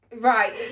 Right